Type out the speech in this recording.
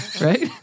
right